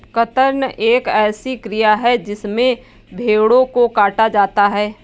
कर्तन एक ऐसी क्रिया है जिसमें भेड़ों को काटा जाता है